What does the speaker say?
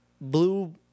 blue